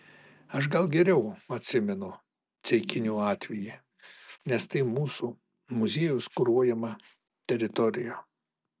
aš gal geriau atsimenu ceikinių atvejį nes tai mūsų muziejaus kuruojama teritorija